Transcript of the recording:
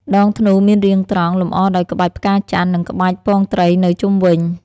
ដងធ្នូមានរាងត្រង់ លម្អដោយក្បាច់ផ្កាច័ន្ទ និងក្បាច់ពងត្រីនៅជុំវិញ។